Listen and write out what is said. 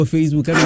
Facebook